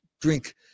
drink